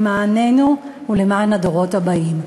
למעננו ולמען הדורות הבאים.